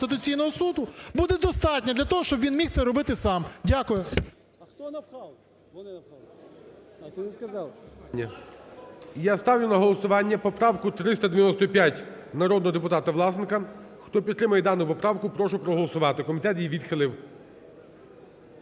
Конституційного Суду, буде достатня для того, щоб він міг це робити сам. Дякую.